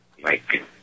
Mike